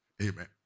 Amen